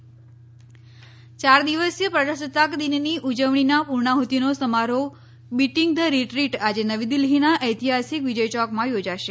beating the retreat ચાર દિવસીય પ્રજાસત્તાક દિનની ઉજવણીની પુર્ણાહ્તીનો સમારોહ બીટિંગ ધ રીટ્રીટ આજે નવી દિલ્ફીના ઐતિહાસિક વિજય યોકમાં યોજાશે